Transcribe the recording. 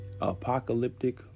apocalyptic